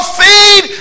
feed